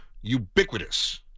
ubiquitous